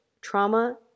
trauma